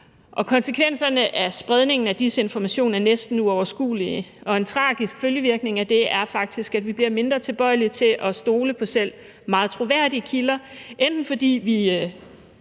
Konsekvenserne af spredningen af desinformation er næsten uoverskuelige, og en tragisk følgevirkning af det er faktisk, at vi bliver mindre tilbøjelige til at stole på selv meget troværdige kilder, enten fordi vi